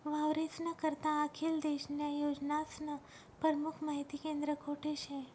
वावरेस्ना करता आखेल देशन्या योजनास्नं परमुख माहिती केंद्र कोठे शे?